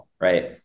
right